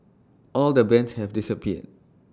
all the bands had disappeared